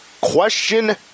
question